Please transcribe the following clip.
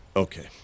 Okay